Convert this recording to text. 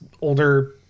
older